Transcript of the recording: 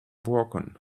broken